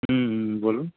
হুম হুম বলুন